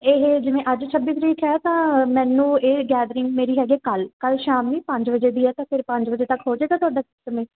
ਇਹ ਜਿਵੇਂ ਅੱਜ ਛੱਬੀ ਤਰੀਕ ਹੈ ਤਾਂ ਮੈਨੂੰ ਇਹ ਗੈਦਰਿੰਗ ਮੇਰੀ ਹੈਗੀ ਕੱਲ੍ਹ ਕੱਲ੍ਹ ਸ਼ਾਮੀ ਪੰਜ ਵਜੇ ਦੀ ਹੈ ਤਾਂ ਫਿਰ ਪੰਜ ਵਜੇ ਤੱਕ ਹੋ ਜਾਏਗਾ ਤੁਹਾਡਾ